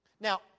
Now